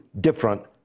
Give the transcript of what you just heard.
different